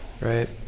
right